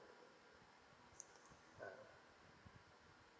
ah